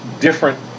different